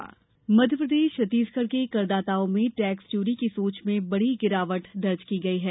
मुख्य आयकर आयुक्त मध्यप्रदेश छत्तीसगढ़ के करदाताओं में टैक्स चोरी की सोच में बड़ी गिरावट दर्ज की गई है